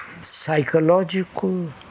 psychological